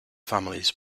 families